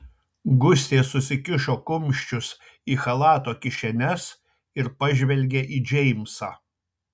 gustė susikišo kumščius į chalato kišenes ir pažvelgė į džeimsą